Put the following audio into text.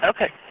Okay